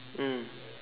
mm